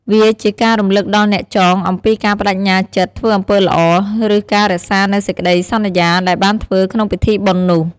វាជាការរំឭកដល់អ្នកចងអំពីការប្ដេជ្ញាចិត្តធ្វើអំពើល្អ ឬការរក្សានូវសេចក្ដីសន្យាដែលបានធ្វើក្នុងពិធីបុណ្យនោះ។